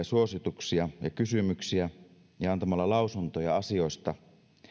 suosituksia ja kysymyksiä ja antamalla lausuntoja asioista